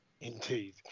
Indeed